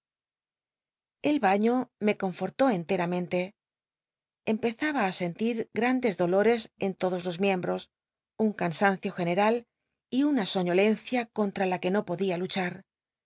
el baño me confortó entcmmente empezaba t sentir grandes dolores en todos los miembros un cansancio general y una soiíolencia contra la que no podia luchar